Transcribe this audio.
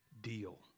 deal